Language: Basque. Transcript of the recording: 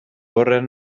horren